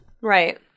Right